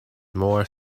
more